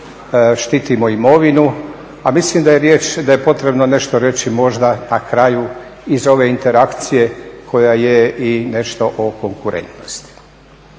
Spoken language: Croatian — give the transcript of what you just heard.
štitimo imovinu, a mislim da je potrebno nešto reći možda na kraju iz ove interakcije koja je i nešto o konkurentnosti.